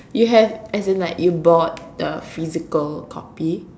you have as in like you bought the physical copy